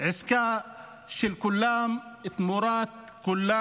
עסקה של כולם תמורת כולם.